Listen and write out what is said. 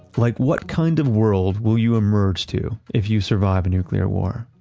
like what kind of world will you emerge to if you survive a nuclear war,